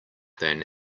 than